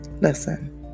listen